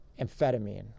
amphetamine